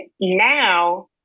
now